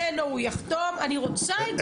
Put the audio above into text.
ממנו, הוא יחתום, אני רוצה את זה.